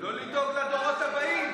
לא לדאוג לדורות הבאים.